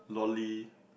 loly